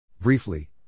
Briefly